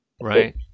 Right